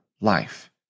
life